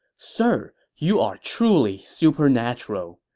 sir, you are truly supernatural!